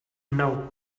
now